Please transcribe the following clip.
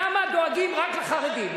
למה דואגים רק לחרדים?